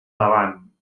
davant